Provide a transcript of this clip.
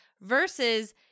versus